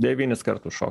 devynis kartus šoko